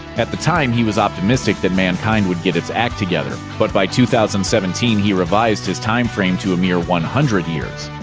at the time, he was optimistic that mankind would get its act together, but by two thousand and seventeen, he revised his time frame to a mere one hundred years.